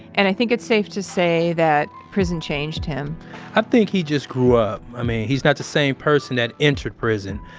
and i think it's safe to say that prison changed him i think he just grew up. i mean, he's not the same person that entered prison.